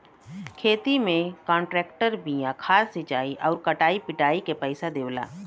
खेती में कांट्रेक्टर बिया खाद सिंचाई आउर कटाई पिटाई के पइसा देवला